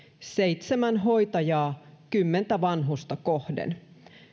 seitsemän hoitajaa kymmentä vanhusta kohden